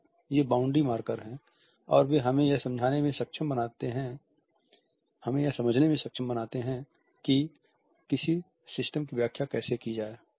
तो ये boundary marker हैं और वे हमें यह समझने में सक्षम बनाते हैं कि किसी सिस्टम की व्याख्या कैसे की जाए